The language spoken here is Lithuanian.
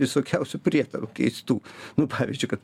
visokiausių prietarų keistų nu pavyzdžiui kad